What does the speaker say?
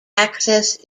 access